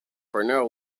parnell